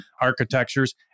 architectures